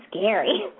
scary